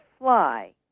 fly